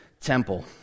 temple